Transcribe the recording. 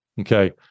okay